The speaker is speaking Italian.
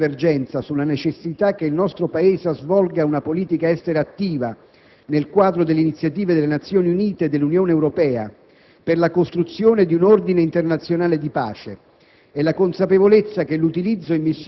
Nel dibattito si è registrata un'ampia convergenza sulla necessità che il nostro Paese svolga una politica estera attiva, nel quadro delle iniziative delle Nazioni Unite e dell'Unione Europea, per la costruzione di un ordine internazionale di pace